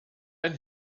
ein